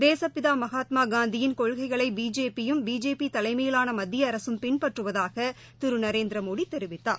தேசப்பிதாமகாத்மாகாந்தியின் கொள்கைகளைபிஜேபி யும் பிஜேபிதலைமையிலானமத்தியஅரசும் பின்பற்றுவதாகதிருநரேந்திரமோடிதெரிவித்தார்